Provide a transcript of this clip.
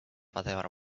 whatever